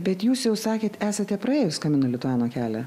bet jūs jau sakėte esate praėjus kamino lituano kelią